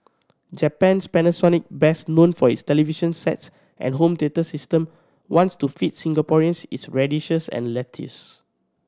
Japan's Panasonic best known for its television sets and home theatre system wants to feed Singaporeans its radishes and lettuce